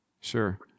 Sure